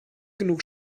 genug